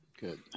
Good